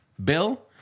Bill